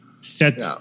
set